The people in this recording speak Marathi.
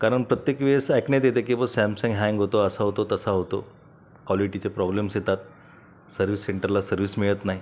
कारण प्रत्येक वेळेस ऐकण्यात येतं की सॅमसंग हँग होतो असा होतो तसा होतो क्वालिटीचे प्रॉब्लेम्स येतात सर्व्हिस सेंटरला सर्व्हिस मिळत नाही